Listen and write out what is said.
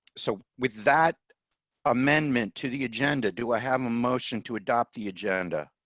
so with that amendment to the agenda. do i have a motion to adopt the agenda.